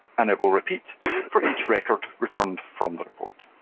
and it will repeat for each record returned from the report.